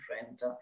different